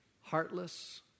heartless